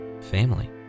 family